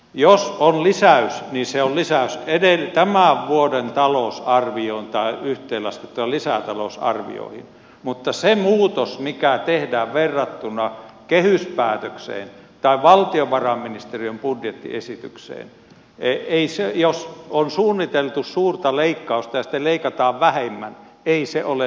jos on lisäys se on lisäys tämän vuoden talousarvioon tai yhteenlaskettuna lisätalousarvioihin mutta se muutos mikä tehdään verrattuna kehyspäätökseen tai valtiovarainministeriön budjettiesitykseen eli jos on suunniteltu suurta leikkausta ja sitten leikataan vähemmän ei se ole lisäys